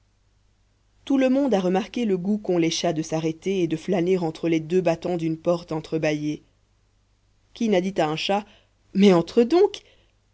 tout le monde a remarqué le goût qu'ont les chats de s'arrêter et de flâner entre les deux battants d'une porte entre-bâillée qui n'a dit à un chat mais entre donc